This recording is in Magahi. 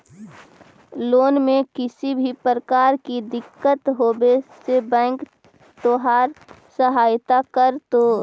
लोन में किसी भी प्रकार की दिक्कत होवे से बैंक तोहार सहायता करतो